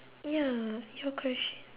ya your question